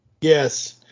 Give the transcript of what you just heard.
yes